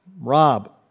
Rob